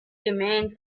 remained